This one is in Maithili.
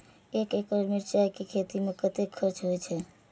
एक एकड़ मिरचाय के खेती में कतेक खर्च होय छै?